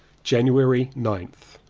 january ninth.